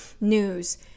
news